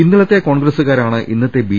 ഇന്നലത്തെ കോൺഗ്രസ്സുകാരാണ് ഇന്നത്തെ ബി